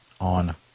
on